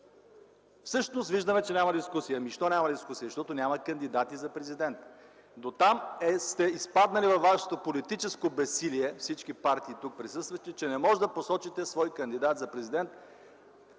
всъщност виждаме, че няма дискусия. Ами защо няма дискусия? Защото няма кандидати за президент. Дотам сте изпаднали във вашето политическо безсилие – всички партии, тук присъстващи, че не може да посочите свой кандидат за президент